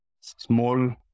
small